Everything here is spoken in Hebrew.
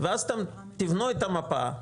ואז תבנו את המפה,